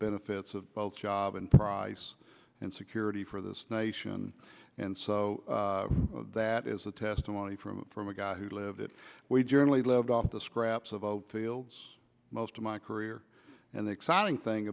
benefits of both job and price and security for this nation and so that is a testimony from from a guy who lived it we generally lived off the scraps of the fields most of my career and the exciting thing